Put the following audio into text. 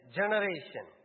generation